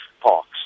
parks